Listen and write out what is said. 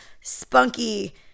spunky